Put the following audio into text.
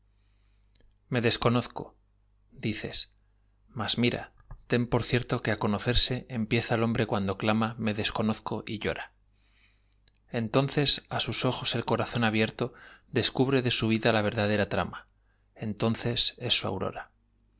me desconozco dices más mira ten por cierto que á conocerse enjpieza el hombre cuando clama me desconozco y llora entonces á sus ojos el corazón abierto descubre de su vida la verdadera trama entonces es su aurora